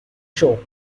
show